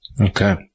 Okay